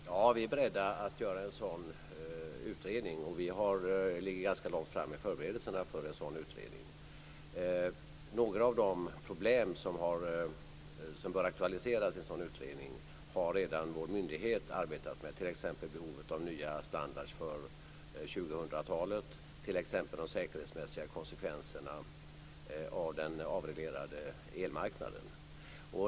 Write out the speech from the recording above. Fru talman! Ja, vi är beredda att tillsätta en sådan utredning, och vi ligger ganska långt framme i förberedelserna. Några av de problem som bör aktualiseras i en sådan utredning har redan vår myndighet arbetat med. Det gäller t.ex. behovet av nya standarder för 2000 talet och de säkerhetsmässiga konsekvenserna av den avreglerade elmarknaden.